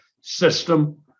system